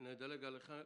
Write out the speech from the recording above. נדלג עליך.